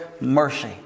mercy